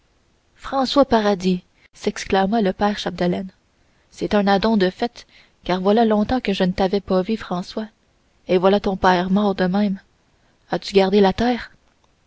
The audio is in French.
françois paradis s'exclama le père chapdelaine c'est un adon de fait car voilà longtemps que je ne t'avais vu françois et voilà ton père mort de même as-tu gardé la terre